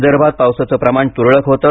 विदर्भात पावसाचं प्रमाण तुरळक होतं